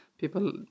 people